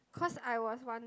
cause I was once